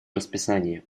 расписание